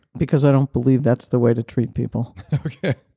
because i don't believe that's the way to treat people okay.